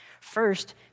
First